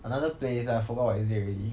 another place I forgot what is it already